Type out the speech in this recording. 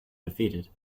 defeated